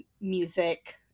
music